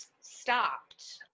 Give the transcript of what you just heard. stopped